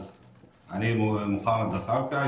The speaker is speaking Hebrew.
אני מוחמד זחאלקה,